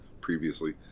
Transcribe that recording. previously